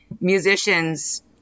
musicians